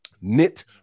knit